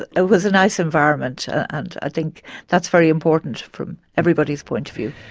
it it was a nice environment and i think that's very important from everybody's point of view.